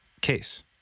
case